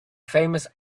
famous